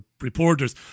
reporters